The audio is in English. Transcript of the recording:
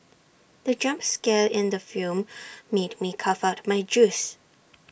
the jump scare in the film made me cough out my juice